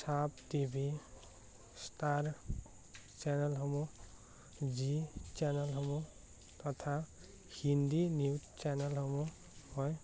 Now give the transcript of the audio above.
চব TV Star চেনেলসমূহ জী চেনেলসমূহ তথা হিন্দী নিউজ চেনেলসমূহ মই